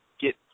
get